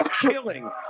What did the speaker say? killing